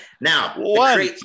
now